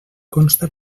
consta